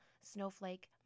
snowflake